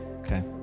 Okay